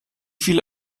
viele